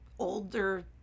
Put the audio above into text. older